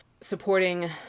supporting